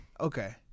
Okay